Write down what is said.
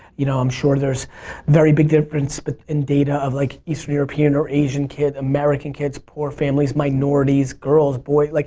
you know i'm sure there's very big difference but in data of like eastern european or asian kids, american kids, poor families, minorities, girls, boys. like